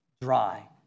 dry